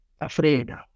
afraid